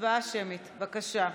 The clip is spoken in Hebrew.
הצבעה שמית, בבקשה.